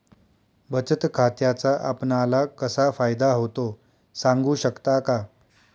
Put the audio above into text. बचत खात्याचा आपणाला कसा फायदा होतो? सांगू शकता का?